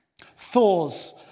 thaws